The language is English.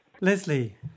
leslie